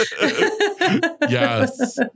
Yes